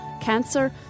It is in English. cancer